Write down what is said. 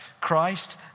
Christ